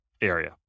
area